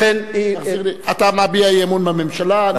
לכן, אתה מביע אי-אמון בממשלה?